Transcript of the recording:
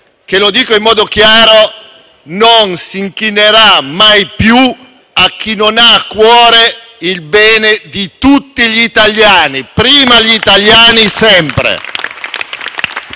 che - lo dico in modo chiaro - non si inchinerà mai più a chi non ha a cuore il bene di tutti gli italiani. Prima gli italiani, sempre!